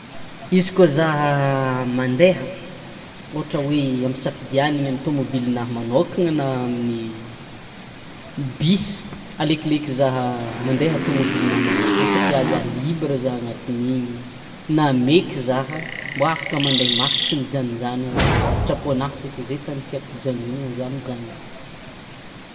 Izy koa zah mandeha, ohatra hoe ampisafidianina amy tômôbilinah magnokany na bisy alekoleko zah mandeha tômôbilinah magnokana satria zany libra zah agnatin'igny na meky zah mbô afaka mandeha mafy tsy mijanojanono mbô fa sitraponah fô ze tany tiàko hijanonana zany hijanonana.